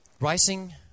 Rising